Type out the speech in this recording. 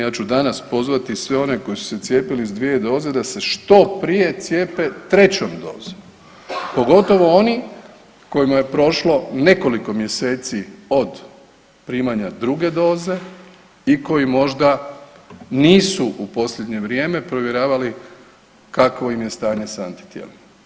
Ja ću danas pozvati sve one koji su se cijepili sa dvije doze da se što prije cijepe trećom dozom pogotovo oni kojima je prošlo nekoliko mjeseci od primanja druge doze i koji možda nisu u posljednje vrijeme provjeravali kakvo im je stanje sa antitijelima.